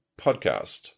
podcast